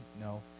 No